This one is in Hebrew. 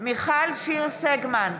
מיכל שיר סגמן,